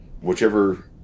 whichever